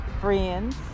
friends